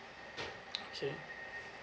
okay